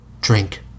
Drink